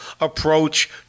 approach